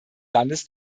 landes